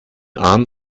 arm